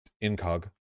incog